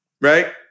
right